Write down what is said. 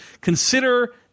consider –